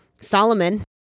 Solomon